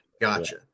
Gotcha